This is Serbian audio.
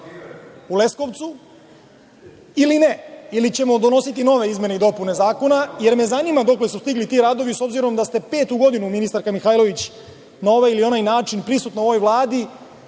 u Leskovcu ili ne, ili ćemo donositi nove izmene i dopune zakona, jer me zanima dokle su stigli ti radovi s obzirom da ste petu godina ministarko Mihajlović na ovaj ili onaj način prisutni u Vladi,